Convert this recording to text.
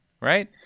right